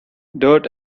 dirt